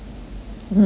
mm 有